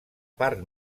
part